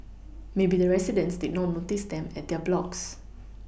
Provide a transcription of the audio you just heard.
maybe the residents did not notice them at their blocks